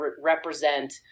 represent